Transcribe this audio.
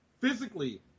physically